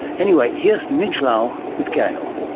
anyway, here's nij lal with gail.